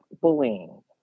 bullying